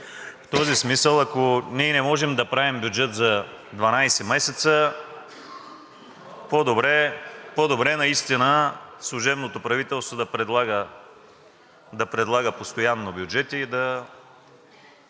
В този смисъл, ако ние не можем да правим бюджет за 12 месеца, по-добре наистина служебното правителство да предлага постоянно бюджети и да